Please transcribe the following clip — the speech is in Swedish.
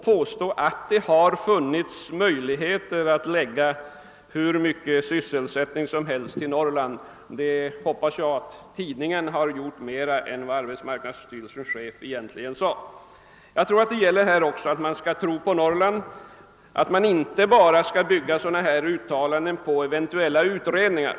Men man kan heller inte påstå att det funnits möjlighet att skaffa hur många arbetstillfällen som helst i Norrland. Jag tror att Dagens Nyheter har gjort mer av uttalandena än vad arbetsmarknadsstyrelsens chef egentligen avsett. Det gäller att tro på Norrland. Man bör inte bygga sådana här uttalanden på eventuella utredningar.